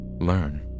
learn